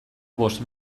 bost